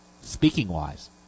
speaking-wise